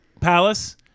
palace